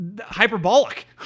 hyperbolic